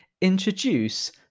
introduce